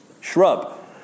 shrub